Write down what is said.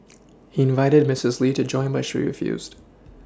he invited Misses Lee to join but she refused